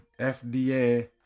fda